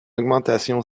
augmentation